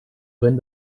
wenn